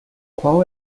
qual